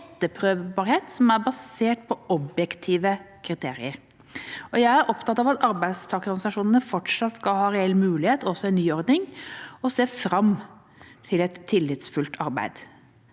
og etterprøvbarhet som er basert på objektive kriterier. Jeg er opptatt av at arbeidstakerorganisasjonene fortsatt skal ha reell medvirkning også i ny ordning og ser fram til et tillitsfullt samarbeid.